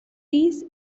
these